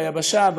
ביבשה,